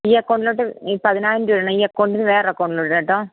ഈ അക്കൗണ്ടിലോട്ട് ഈ പതിനായിരം രൂപ ഇടണം ഈ അക്കൗണ്ടിന് വേറൊരു അക്കൗണ്ടിലോട്ട് കേട്ടോ